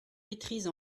maîtrise